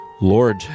Lord